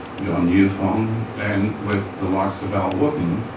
john newfong, and with the likes of al wootten,